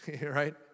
right